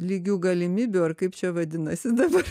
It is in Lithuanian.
lygių galimybių ar kaip čia vadinasi dabar